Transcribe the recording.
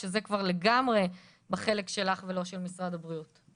שזה כבר לגמרי בחלק שלך ולא של משרד הבריאות.